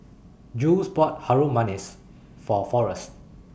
Jules bought Harum Manis For Forrest